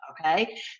okay